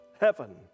heaven